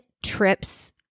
Trips